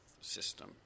system